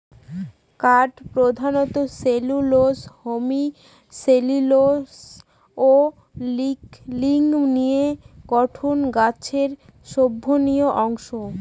কাঠ প্রধানত cellulose hemicellulose ও লিগনিনে গঠিত গাছের অভ্যন্তরীণ অংশ